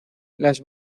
las